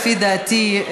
לפי דעתי,